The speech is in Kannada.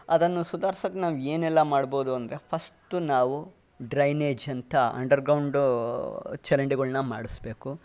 ಅದನ್ನು ಸುಧಾರ್ಸಕ್ಕೆ ನಾವು ಏನೆಲ್ಲ ಮಾಡ್ಬೋದು ಅಂದರೆ ಫಸ್ಟು ನಾವು ಡ್ರೈನೇಜ್ ಅಂತ ಅಂಡರ್ಗೌಂಡೂ ಚರಂಡಿಗಳ್ನ ಮಾಡಿಸ್ಬೇಕು